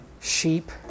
sheep